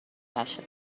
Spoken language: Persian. نشه